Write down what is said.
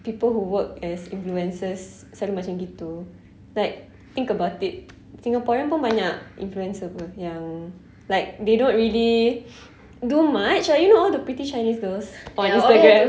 people who work as influencers selalu macam gitu like think about it singaporean pun banyak influencer [pe] yang like they don't really do much like you know all the pretty chinese girls on Instagram